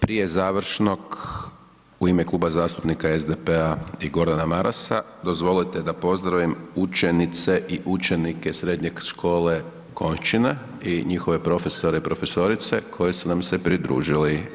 Prije završnog u ime Kluba zastupnika SDP-a i Gordana Marasa dozvolite da pozdravim učenice i učenike srednje škole Konjšćina i njihove profesore i profesorice koje su nam se pridružili.